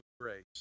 grace